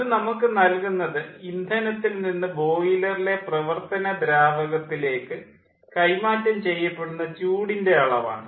അത് നമുക്ക് നൽകുന്നത് ഇന്ധനത്തിൽ നിന്ന് ബോയിലറിലെ പ്രവർത്തന ദ്രാവകത്തിലേക്ക് കൈമാറ്റം ചെയ്യപ്പെടുന്ന ചൂടിൻ്റെ അളവാണ്